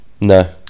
No